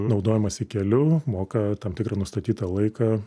naudojimąsi keliu moka tam tikrą nustatytą laiką